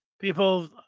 People